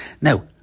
Now